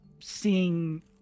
seeing